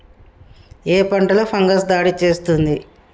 ఏ పంటలో ఫంగస్ దాడి చేస్తుంది?